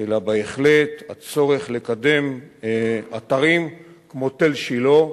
אלא בהחלט הצורך לקדם אתרים כמו תל-שילה,